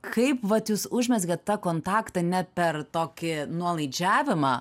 kaip vat jūs užmezgat tą kontaktą ne per tokį nuolaidžiavimą